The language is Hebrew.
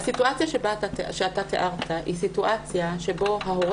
הסיטואציה שאתה תיארת היא סיטואציה שבה ההורה